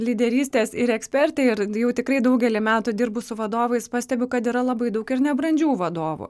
lyderystės ir ekspertė ir jau tikrai daugelį metų dirbu su vadovais pastebiu kad yra labai daug ir nebrandžių vadovų